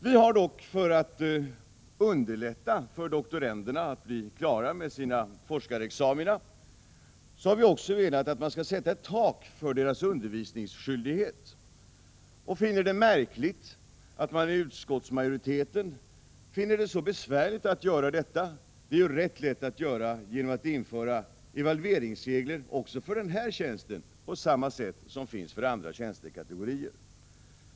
Vi har dock, för att underlätta för doktoranderna att bli klara med sina forskarexamina, velat att man skall sätta ett tak för deras undervisningsskyldighet. Det är märkligt att man inom utskottsmajoriteten finner det så besvärligt att göra detta. Det är ganska lätt att genomföra en sådan begränsning genom att införa evalueringsregler också för den här tjänsten på samma sätt som för andra tjänstekategorier.